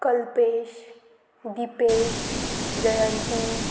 Kalpesh Dipesh Jayanti